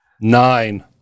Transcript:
Nine